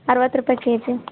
ಅರ್ವತ್ತು ರೂಪಾಯಿ K G